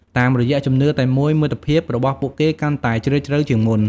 តាមរយៈជំនឿតែមួយ មិត្តភាពរបស់ពួកគេកាន់តែជ្រាលជ្រៅជាងមុន។